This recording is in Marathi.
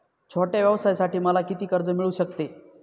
छोट्या व्यवसायासाठी मला किती कर्ज मिळू शकते?